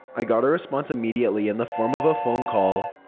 i got a response immediately in the form of a phone call.